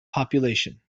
population